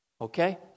okay